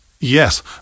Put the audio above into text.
Yes